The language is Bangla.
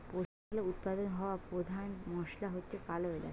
পশ্চিমবাংলায় উৎপাদন হওয়া পোধান মশলা হচ্ছে কালো এলাচ